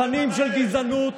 תכנים של גזענות,